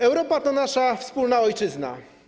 Europa to nasza wspólna ojczyzna.